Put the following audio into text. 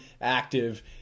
active